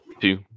two